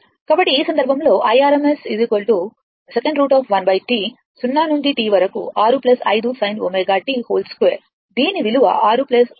కాబట్టి ఈ సందర్భంలో Irms 2√ 1T 0 నుండి T వరకు 6 5 sin ω t2 దీని విలువ 6 sin ω t2dt